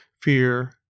fear